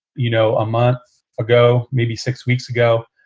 you know, a month ago, maybe six weeks ago.